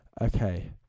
Okay